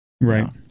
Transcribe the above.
right